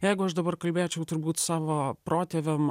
jeigu aš dabar kalbėčiau turbūt savo protėviam